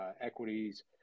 equities